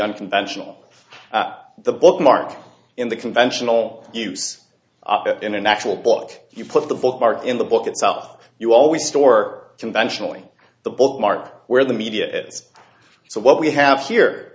unconventional the bookmark in the conventional use in an actual book you put the book part in the book itself you always store conventionally the bookmark where the media is so what we have here